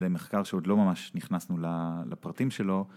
במחקר שעוד לא ממש נכנסנו לפרטים שלו